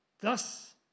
Thus